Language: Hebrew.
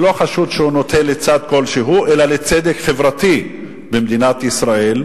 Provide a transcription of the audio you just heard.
שלא חשוד שהוא נוטה לצד כלשהו אלא לצדק חברתי במדינת ישראל,